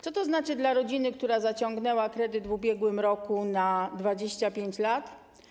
Co to znaczy dla rodziny, która zaciągnęła kredyt w ubiegłym roku na 25 lat?